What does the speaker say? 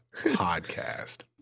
podcast